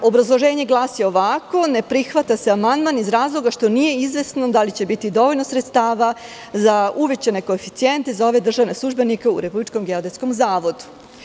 Obrazloženje glasi ovako- ne prihvata se amandman iz razloga što nije izvesno da li će biti dovoljno sredstava za uvećane koeficijente, za ove državne službenike u RGZ.